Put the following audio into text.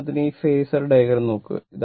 ഉദാഹരണത്തിന് ഈ phasor diagram നോക്കുക